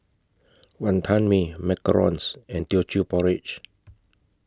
Wonton Mee Macarons and Teochew Porridge